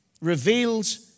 reveals